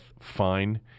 fine